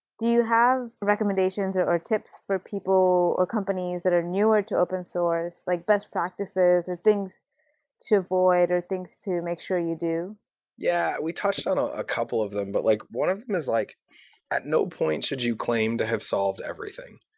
do you have recommendations or or tips for people, or companies that are newer to open-source, like best practices, or things to avoid, or things to make sure you do yeah, we touched on a ah couple of them. but like one of them is like at no point should you claim to have solved everything.